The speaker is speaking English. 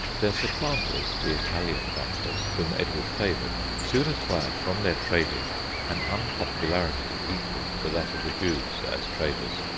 their supplanters, the italian bankers, whom edward favoured, soon acquired from their trading an unpopularity equal to that of the jews as traders.